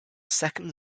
second